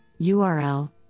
URL